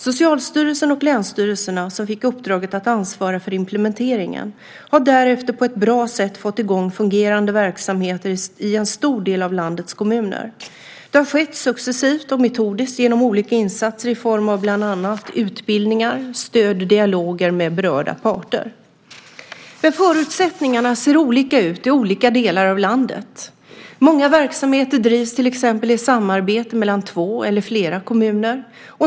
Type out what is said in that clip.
Socialstyrelsen och länsstyrelserna, som fick uppdraget att ansvara för implementeringen, har därefter på ett bra sätt fått i gång fungerande verksamheter i en stor del av landets kommuner. Det har skett successivt och metodiskt genom olika insatser i form av bland annat utbildningar, stöd och dialoger med berörda parter. Men förutsättningarna ser olika ut i olika delar av landet. Många verksamheter drivs till exempel i samarbete mellan två eller flera kommuner.